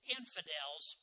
infidels